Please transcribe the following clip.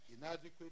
inadequate